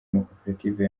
amakoperative